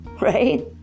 right